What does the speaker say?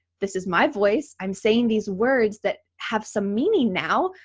this is my voice. i'm saying these words that have some meaning now,